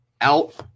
out